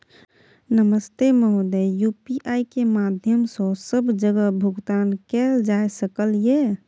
नमस्ते महोदय, यु.पी.आई के माध्यम सं सब जगह भुगतान कैल जाए सकल ये?